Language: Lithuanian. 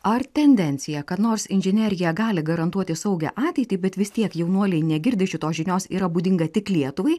ar tendencija kad nors inžinerija gali garantuoti saugią ateitį bet vis tiek jaunuoliai negirdi šitos žinios yra būdinga tik lietuvai